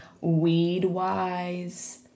weed-wise